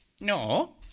No